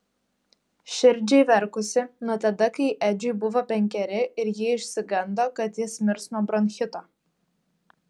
širdžiai verkusi nuo tada kai edžiui buvo penkeri ir ji išsigando kad jis mirs nuo bronchito